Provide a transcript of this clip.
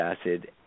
acid